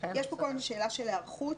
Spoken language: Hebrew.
יש פה קודם שאלה של היערכות,